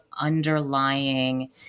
underlying